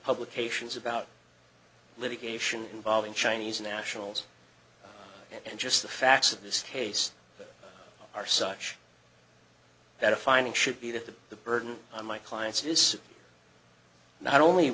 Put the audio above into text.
publications about litigation involving chinese nationals and just the facts of this case are such that a finding should be that the the burden on my clients is not only